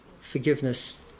Forgiveness